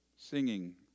singing